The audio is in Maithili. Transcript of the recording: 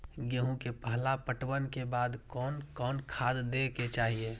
गेहूं के पहला पटवन के बाद कोन कौन खाद दे के चाहिए?